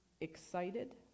excited